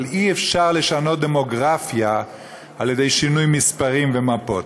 אבל אי-אפשר לשנות דמוגרפיה על ידי שינוי מספרים ומפות.